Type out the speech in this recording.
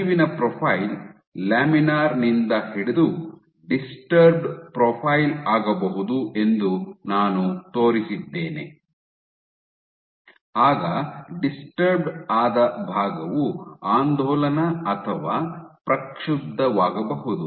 ಹರಿವಿನ profile laminar ನಿಂದ ಹಿಡಿದು ಡಿಸ್ಟರ್ಬ್ಡ್ ಪ್ರೊಫೈಲ್ ಆಗಬಹುದು ಎಂದು ನಾನು ತೋರಿಸಿದ್ದೇನೆ ಆಗ ಡಿಸ್ಟರ್ಬ್ ಆದ ಭಾಗವು ಆಂದೋಲನ ಅಥವಾ ಪ್ರಕ್ಷುಬ್ಧವಾಗಬಹುದು